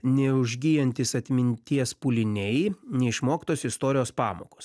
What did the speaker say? neužgyjantys atminties pūliniai neišmoktos istorijos pamokos